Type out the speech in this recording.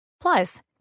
Plus